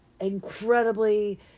incredibly